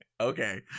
Okay